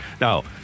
Now